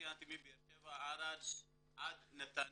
מבאר-שבע וערד עד נתניה.